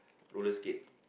roller skate